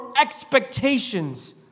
expectations